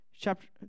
chapter